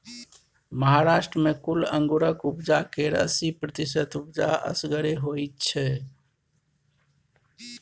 महाराष्ट्र मे कुल अंगुरक उपजा केर अस्सी प्रतिशत उपजा असगरे होइ छै